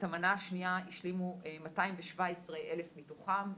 את המנה השנייה השלימו 217 אלף מתוכם,